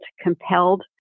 compelled